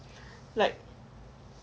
like